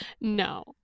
no